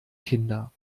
kinder